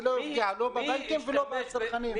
זה לא יפגע, לא בבנקים ולא בצרכנים.